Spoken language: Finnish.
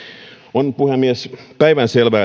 on puhemies päivänselvää